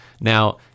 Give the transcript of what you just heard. now